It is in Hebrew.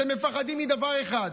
אתם מפחדים מדבר אחד,